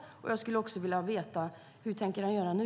Jag skulle vilja veta hur man tänker göra nu.